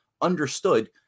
understood